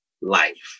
life